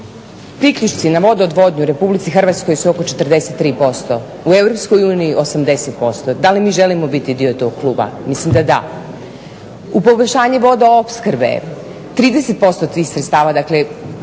Priključci na vodoodvodnju u RH su oko 43%, u EU 80%. Da li mi želimo biti dio tog kluba? Mislim da da. U poboljšanje vodoopskrbe, 30% tih sredstava dakle